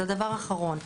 זה הדבר האחרון.